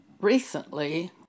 recently